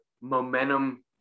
momentum